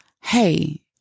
hey